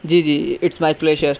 جی جی it's my pleasure